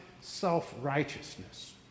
self-righteousness